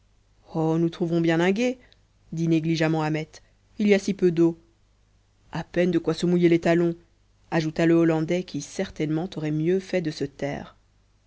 nous trouverons bien un gué dit négligemment ahmet il y a si peu d'eau a peine de quoi se mouiller les talons ajouta le hollandais qui certainement aurait mieux fait de se taire